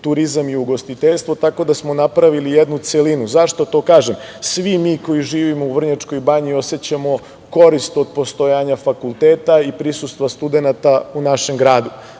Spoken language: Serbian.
turizam i ugostiteljstvo, tako da smo napravili jednu celinu. Zašto to kažem? Svi mi koji živimo u Vrnjačkoj banji osećamo korist od postojanja fakulteta i prisustva studenata u našem gradu.